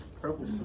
purple